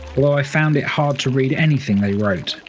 although i found it hard to read anything they wrote.